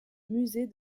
musée